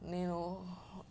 నేనూ